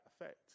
effect